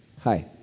Hi